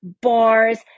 bars